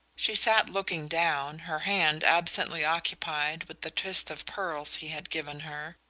she sat looking down, her hand absently occupied with the twist of pearls he had given her.